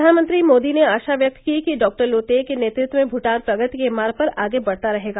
प्रधानमंत्री मोदी ने आशा व्यक्त की कि डॉक्टर लोतेय के नेतृत्व में भूटान प्रगति के मार्ग पर आगे बढ़ता रहेगा